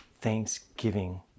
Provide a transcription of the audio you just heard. Thanksgiving